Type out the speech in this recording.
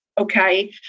Okay